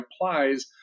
applies